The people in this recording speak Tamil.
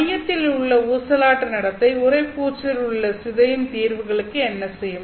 மையத்தில் உள்ள ஊசலாட்ட நடத்தை உறைபூச்சில் உள்ள சிதையும் தீர்வுகளுக்கு என்ன செய்யும்